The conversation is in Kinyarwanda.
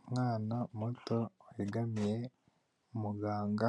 Umwana muto wegamiye umuganga,